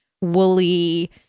woolly